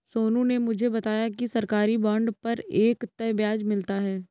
सोनू ने मुझे बताया कि सरकारी बॉन्ड पर एक तय ब्याज मिलता है